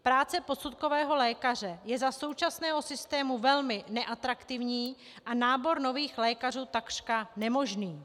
Práce posudkového lékaře je za současného systému velmi neatraktivní a nábor nových lékařů takřka nemožný.